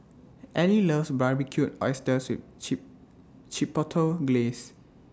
Elie loves Barbecued Oysters with Chee Chipotle Glaze